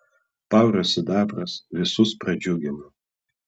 paurio sidabras visus pradžiugino